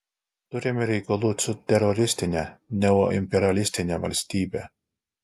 turime reikalų su teroristine neoimperialistine valstybe